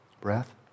breath